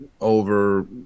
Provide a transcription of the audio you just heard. Over